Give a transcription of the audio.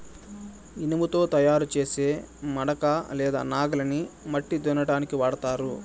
ఇనుముతో తయారు చేసే మడక లేదా నాగలిని మట్టిని దున్నటానికి వాడతారు